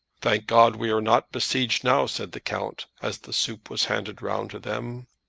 thank god we are not besieged now, said the count, as the soup was handed round to them.